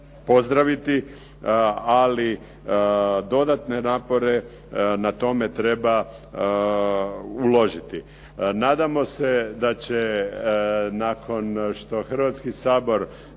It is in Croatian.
pozdraviti. Ali dodatne napore na tome treba uložiti. Nadamo se da će nakon što Hrvatski sabor